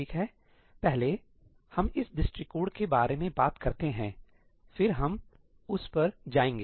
ठीक है पहले हम इस दृष्टिकोण के बारे में बात करते हैं फिर हम उस पर जाएंगे